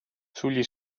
sugli